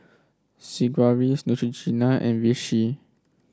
Sigvaris Neutrogena and Vichy